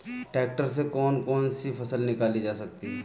Tractor से कौन कौनसी फसल निकाली जा सकती हैं?